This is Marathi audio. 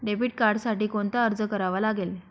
डेबिट कार्डसाठी कोणता अर्ज करावा लागेल?